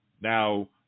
now